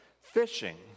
fishing